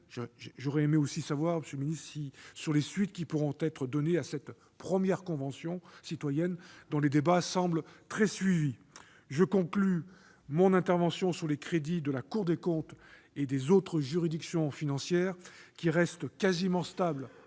J'aurais aussi aimé savoir, monsieur le ministre, les suites qui pourront être données à cette première convention citoyenne, dont les débats semblent très suivis. Je conclus mon intervention sur les crédits de la Cour des comptes et des autres juridictions financières, qui restent quasiment stables